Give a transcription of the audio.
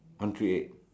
one three eight